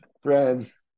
friends